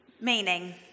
meaning